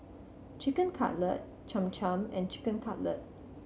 Chicken Cutlet Cham Cham and Chicken Cutlet